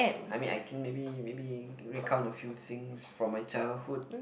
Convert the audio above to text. I mean I can maybe maybe recount a few things from my childhood